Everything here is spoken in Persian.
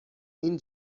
این